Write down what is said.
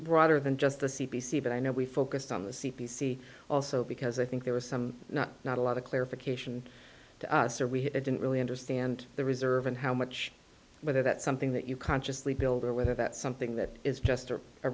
broader than just the c b c but i know we focused on the c p c also because i think there were some not not a lot of clarification to us or we didn't really understand the reserve and how much whether that's something that you consciously build or whether that's something that is just a